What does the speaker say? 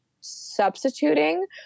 substituting